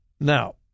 Now